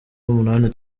umunani